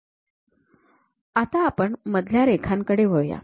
आता आपण मधल्या रेखांकडे वळूया